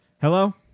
Hello